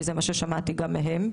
כי זה מה ששמעתי גם מהם.